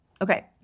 Okay